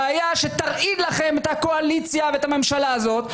בעיה שתרעיד לכם את הקואליציה ואת הממשלה הזאת,